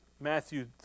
Matthew